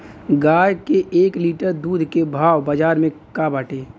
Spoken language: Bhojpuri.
गाय के एक लीटर दूध के भाव बाजार में का बाटे?